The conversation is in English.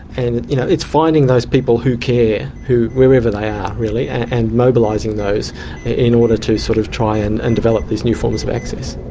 and you know it's finding those people who care, wherever they are really, and mobilising those in order to sort of try and and develop these new forms of access.